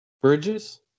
Bridges